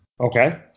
Okay